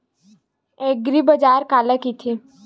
एग्रीबाजार काला कइथे?